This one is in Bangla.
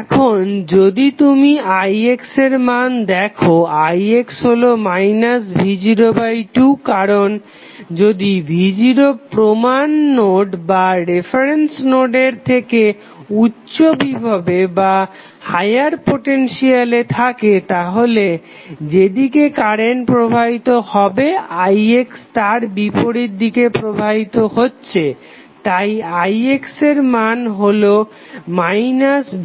এখন যদি তুমি ix এর মান দেখো ix হলো v02 কারণ যদি v0 প্রমাণ নোডের থেকে উচ্চ বিভভে থাকে তাহলে যেদিকে কারেন্ট প্রবাহিত হবে ix তার বিপরীত দিকে প্রবাহিত হচ্ছে তাই ix এর মান হলো